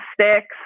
Sticks